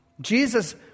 Jesus